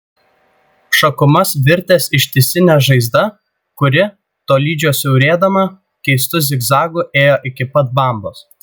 šakumas virtęs ištisine žaizda kuri tolydžio siaurėdama keistu zigzagu ėjo iki pat bambos